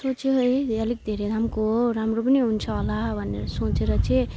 सोचेँ है यो अलिक धेरै दामको हो राम्रो पनि हुन्छ होला भनेर सोचेर चाहिँ